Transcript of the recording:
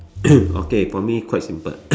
okay for me quite simple